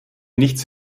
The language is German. nichts